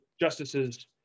Justices